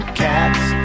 cats